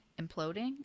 imploding